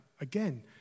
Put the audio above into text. Again